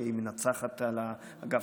שהיא מנצחת על האגף,